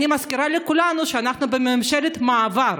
אני מזכירה לכולנו שאנחנו בממשלת מעבר,